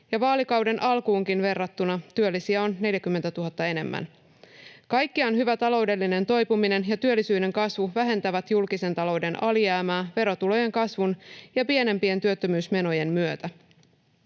vaalikauden alkuunkin verrattuna työllisiä on 40 000 enemmän. Kaikkiaan hyvä taloudellinen toipuminen ja työllisyyden kasvu vähentävät julkisen talouden alijäämää verotulojen kasvun ja pienempien työttömyysmenojen myötä.